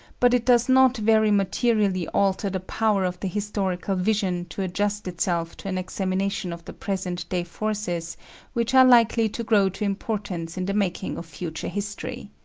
but it does not very materially alter the power of the historical vision to adjust itself to an examination of the present day forces which are likely to grow to importance in the making of future history.